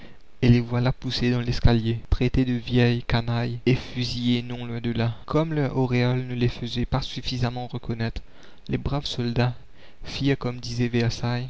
et les voilà poussés dans l'escalier traités de vieilles canailles et fusillés non loin de là comme leur auréole ne les faisait pas suffisamment reconnaître les braves soldats firent comme disait